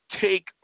take